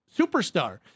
superstar